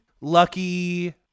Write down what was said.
lucky